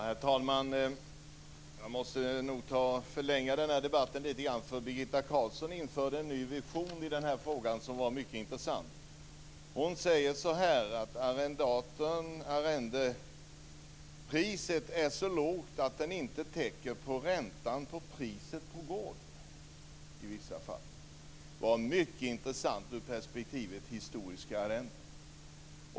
Herr talman! Jag måste nog förlänga debatten litet grand. Birgitta Carlsson införde nämligen en ny vision i den här frågan som var mycket intressant. Hon sade att arrendepriset är så lågt att det inte täcker räntan på priset på gården i vissa fall. Det var mycket intressant ur perspektivet historiska arrenden.